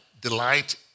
delight